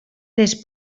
les